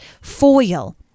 foil